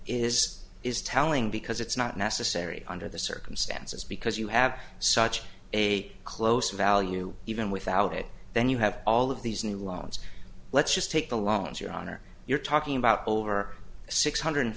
is is telling because it's not necessary under the circumstances because you have such a close value even without it then you have all of these new laws let's just take the loans your honor you're talking about over six hundred